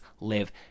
live